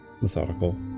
methodical